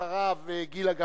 ואחריו, גילה גמליאל,